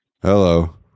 Hello